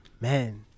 Man